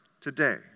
today